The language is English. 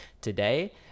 today